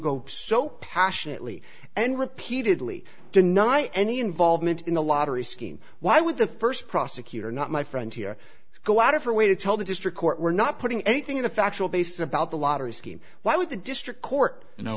go so passionately and repeatedly deny any involvement in the lottery scheme why would the first prosecutor not my friend here go out of her way to tell the district court we're not putting anything in a factual basis about the lottery scheme why would the district court